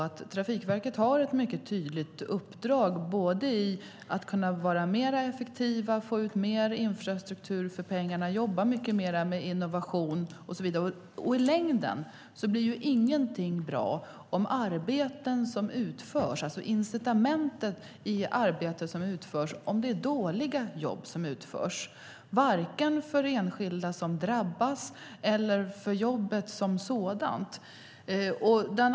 Trafikverket har ett mycket tydligt uppdrag när det gäller både att kunna vara mer effektiva och få ut mer infrastruktur för pengarna och att jobba mycket mer med innovation. I längden blir ingenting bra om det inte finns några incitament för de arbeten som utförs. Det blir varken bra för enskilda som drabbas eller för jobben som sådana.